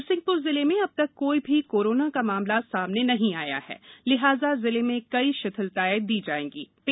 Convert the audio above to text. नरसिंहप्र जिले में अब तक कोई भी कोरोना का मामला सामने नहीं आया है लिहाजा जिले में कई शिथिलताएँ दी जाएगीं